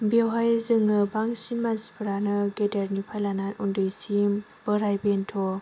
बेवहाय जोङो बांसिन मानसिफोरानो गेदेरनिफ्राय लाना उन्दैसिम बोराय बेन्थ'